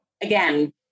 again